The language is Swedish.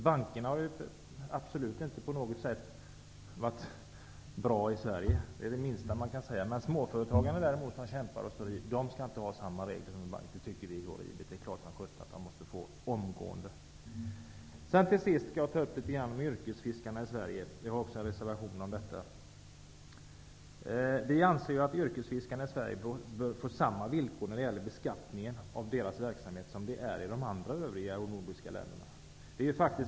Bankerna har ju inte på något sätt varit bra i Sverige. Vi tycker att det är horribelt att inte småföretagarna som kämpar och står i skall ha samma regler som en bank. Det är klart att de måste få det omgående. Jag skall till sist något beröra yrkesfiskarnas situation i Sverige. Vi har också avgett en reservation om detta. Vi anser att yrkesfiskarna i Sverige bör få samma villkor vid beskattningen av sin verksamhet som råder i de övriga nordiska länderna.